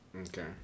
Okay